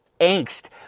Angst